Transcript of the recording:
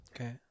Okay